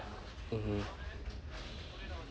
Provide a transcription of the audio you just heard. mmhmm